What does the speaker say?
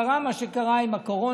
קרה מה שקרה עם הקורונה,